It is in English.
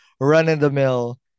run-in-the-mill